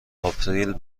آپریل